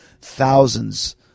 thousands